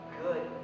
good